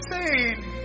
insane